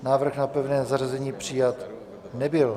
Návrh na pevné zařazení přijat nebyl.